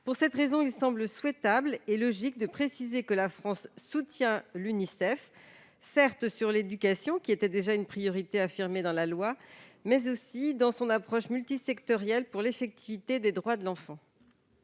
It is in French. Pour cette raison, il semble souhaitable et logique de préciser que la France soutient l'Unicef, certes sur l'éducation, qui est déjà une priorité affirmée dans la loi, mais également dans son approche multisectorielle pour l'effectivité des droits de l'enfant.